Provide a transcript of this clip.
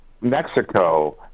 Mexico